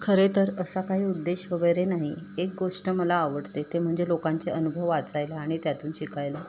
खरे तर असा काही उद्देश वगैरे नाही एक गोष्ट मला आवडते ते म्हणजे लोकांचे अनुभव वाचायला आणि त्यातून शिकायला